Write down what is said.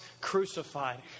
crucified